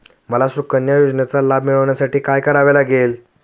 मला सुकन्या योजनेचा लाभ मिळवण्यासाठी काय करावे लागेल?